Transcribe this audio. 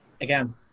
again